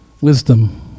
wisdom